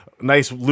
nice